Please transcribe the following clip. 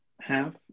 half